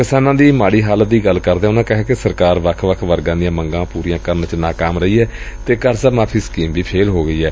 ਕਿਸਾਨੀ ਦੀ ਮਾੜੀ ਹਾਲਤ ਦੀ ਗੱਲ ਕਰਦਿਆਂ ਉਨ੍ਹਾਂ ਕਿਹਾ ਕਿ ਸਰਕਾਰ ਵੱਖ ਵੱਖ ਵਰਗਾਂ ਦੀਆਂ ਮੰਗਾਂ ਪੂਰੀਆਂ ਕਰਨ ਚ ਨਾਕਾਮ ਰਹੀ ਏ ਅਤੇ ਕਰਜ਼ਾ ਮਾਫ਼ੀ ਸਕੀਮ ਵੀ ਫੇਲ੍ਹ ਹੋ ਗਈ ਏ